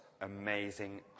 amazing